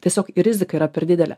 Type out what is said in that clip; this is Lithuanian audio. tiesiog rizika yra per didelė